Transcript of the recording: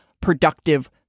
productive